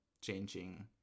changing